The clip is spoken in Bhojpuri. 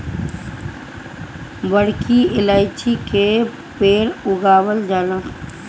बड़की इलायची के पेड़ उगावल जाला